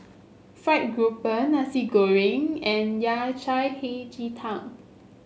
fried grouper Nasi Goreng and Yao Cai Hei Ji Tang